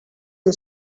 you